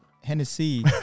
Hennessy